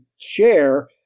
share